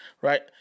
right